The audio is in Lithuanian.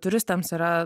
turistams yra